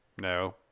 no